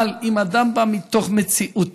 אבל אם אדם בא מתוך מציאות